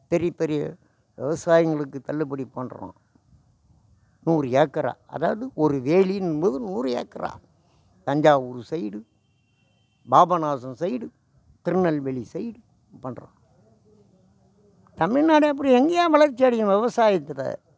பெரிய பெரிய விவசாயிகளுக்கு தள்ளுபடி பண்ணுறான் நூறு ஏக்கரா அதாவது ஒரு வேலிங்கும் போது நூறு ஏக்கரா Thanjavur side Papanasam side Tirunelveli side பண்ணுறான் தமிழ்நாடு அப்புறம் எங்கேய்யா வளர்ச்சியடையும் விவசாயத்தில்